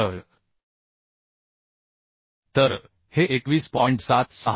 बरोबर तर हे 21